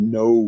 no